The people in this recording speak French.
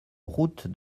route